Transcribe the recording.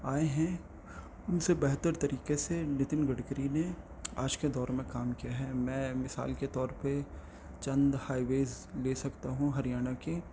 آئے ہیں ان سے بہتر طریقے سے نتن گڈکری نے آج کے دور میں کام کیا ہے میں مثال کے طور پہ چند ہائی ویز لے سکتا ہوں ہریانہ کے